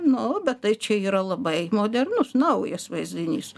nu bet tai čia yra labai modernus naujas vaizdinys